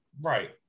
Right